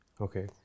Okay